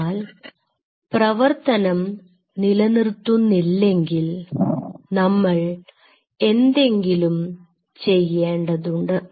എന്നാൽ പ്രവർത്തനം നിലനിർത്തുന്നില്ലെങ്കിൽ നമ്മൾ എന്തെങ്കിലും ചെയ്യേണ്ടതുണ്ട്